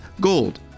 gold